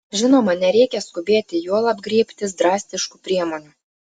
žinoma nereikia skubėti juolab griebtis drastiškų priemonių